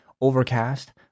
Overcast